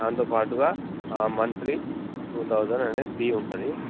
దాంతోపాటు monthly two thousand అనేది fee ఉంటుంది